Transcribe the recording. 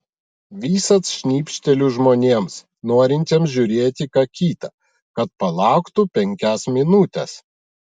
visad šnibžteliu žmonėms norintiems žiūrėti ką kita kad palauktų penkias minutes